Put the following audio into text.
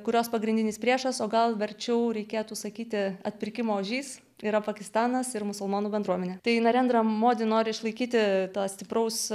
kurios pagrindinis priešas o gal verčiau reikėtų sakyti atpirkimo ožys yra pakistanas ir musulmonų bendruomenė tai narendra modi nori išlaikyti tą stipraus